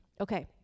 Okay